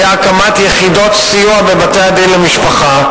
היה הקמת יחידות סיוע בבתי-הדין למשפחה,